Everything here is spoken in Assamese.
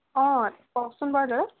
অঁ কওকচোন বাৰু দাদা